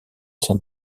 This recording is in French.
saint